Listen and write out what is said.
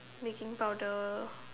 making powder